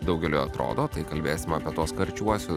daugeliui atrodo tai kalbėsim apie tuos karčiuosius